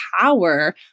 power